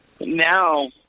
Now